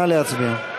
נא להצביע.